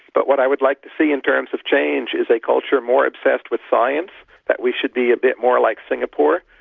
but what i would like to see in terms of change is a culture more obsessed with science, that we should be a bit more like singapore,